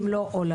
אם לא עולמית,